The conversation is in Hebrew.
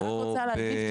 אני רק רוצה להגיב,